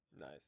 Nice